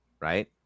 right